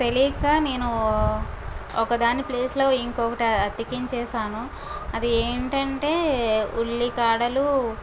తెలియక నేను ఒకదాని ప్లేస్ లో ఇంకొకటి అతికించేసాను అది ఏంటంటే ఉల్లికాడలు